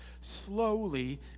slowly